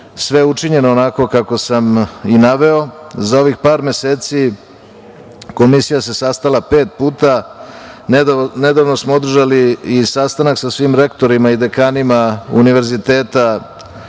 sve učinjeno onako kako sam i naveo. Za ovih par meseci komisija se sastala pet puta. Nedavno smo održali i sastanak sa svim rektorima i dekanima univerziteta